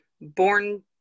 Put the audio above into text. born